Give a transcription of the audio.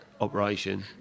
operation